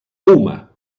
puma